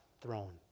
throne